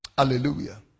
Hallelujah